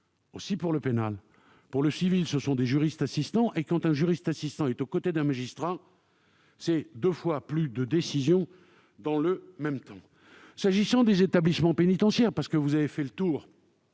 comme pour le pénal. Pour le civil, ce sont des juristes assistants. Quand un juriste assistant est aux côtés d'un magistrat, deux fois plus de décisions sont rendues dans le même temps. J'en viens aux établissements pénitentiaires. En fait, vous avez fait le tour